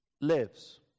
lives